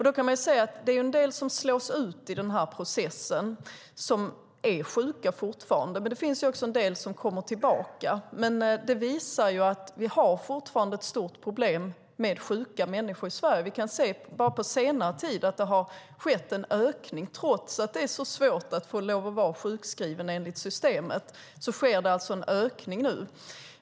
Då kan vi se att en del som fortfarande är sjuka slås ut i processen, men det finns också en del som kommer tillbaka. Det visar dock att vi fortfarande har ett stort problem med sjuka människor i Sverige. Vi kan se bara på senare tid att det har skett en ökning. Trots att det är så svårt enligt systemet att få vara sjukskriven sker det en ökning nu.